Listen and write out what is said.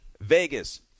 Vegas